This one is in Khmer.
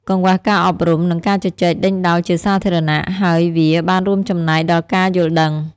កង្វះការអប់រំ និងការជជែកដេញដោលជាសាធារណៈ ហើយវាបានរួមចំណែកដល់ការយល់ដឹង។